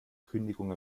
kündigung